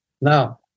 now